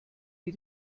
wie